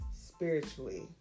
spiritually